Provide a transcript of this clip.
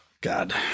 God